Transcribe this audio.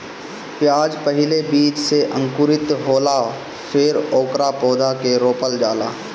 प्याज पहिले बीज से अंकुरित होला फेर ओकरा पौधा के रोपल जाला